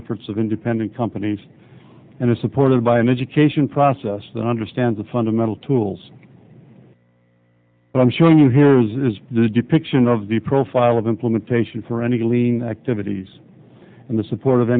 efforts of independent companies and is supported by an education process that understands the fundamental tools but i'm showing you here is a depiction of the profile of implementation for any lean activities and the support of